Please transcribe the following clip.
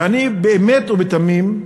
ואני באמת ובתמים,